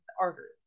arteries